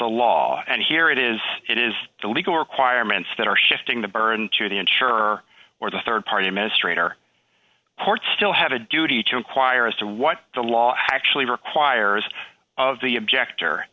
the law and here it is it is the legal requirements that are shifting the burden to the insurer or the rd party administrator courts still have a duty to inquire as to what the law actually requires of the objector